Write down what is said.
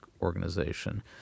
Organization